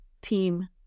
team